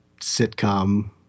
sitcom